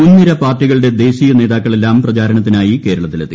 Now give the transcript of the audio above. മുൻനിര പാർട്ടികളുടെ ദേശീയ നേതാക്കളെല്ലാം പ്രചാരണത്തിനായി കേരളത്തിൽ എത്തി